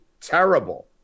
terrible